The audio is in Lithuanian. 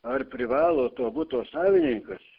ar privalo to buto savininkas